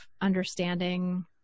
understanding